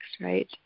right